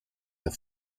the